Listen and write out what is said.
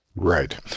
Right